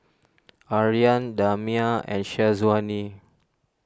Aryan Damia and Syazwani